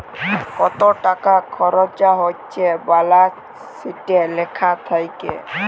কত টাকা খরচা হচ্যে ব্যালান্স শিটে লেখা থাক্যে